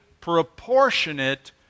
proportionate